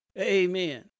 Amen